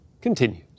continues